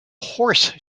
horse